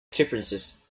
differences